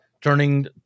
turning